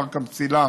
פארק המסילה,